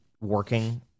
working